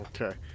Okay